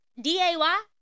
D-A-Y